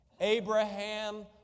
Abraham